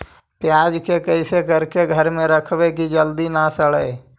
प्याज के कैसे करके घर में रखबै कि जल्दी न सड़ै?